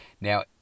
Now